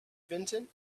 vincent